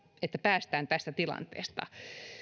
että päästään tästä tilanteesta